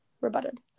Rebutted